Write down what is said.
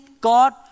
God